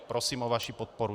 Prosím o vaši podporu.